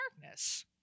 darkness